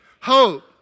hope